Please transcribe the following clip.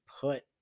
put